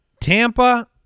Tampa